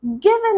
Given